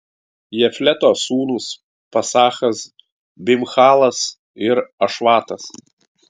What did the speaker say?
jafleto sūnūs pasachas bimhalas ir ašvatas